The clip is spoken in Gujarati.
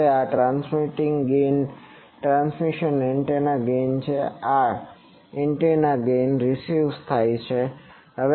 હવે આ transmitting gain transmitting antenna gain છે આ એન્ટેના ગેઇન રીસીવ્ડ થાય છે